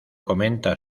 comenta